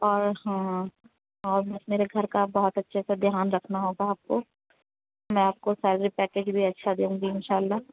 اور ہاں اور میرے گھر کا بہت اچھے سے دھیان رکھنا ہوگا آپ کو میں آپ کو سیلری پیکیج بھی اچھا دوں گی انشاء اللہ